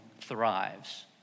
thrives